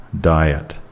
diet